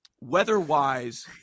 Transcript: Weather-wise